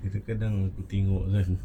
kadang-kadang aku tengok kan